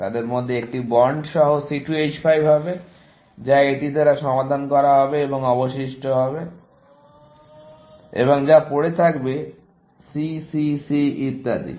তাদের মধ্যে একটি বন্ড সহ C2 H5 হবে যা এটি দ্বারা সমাধান করা হবে এবং অবশিষ্ট হবে এখানে যা পড়ে থাকবে C C C ইত্যাদি